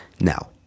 Now